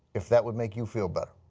if that would make you feel better,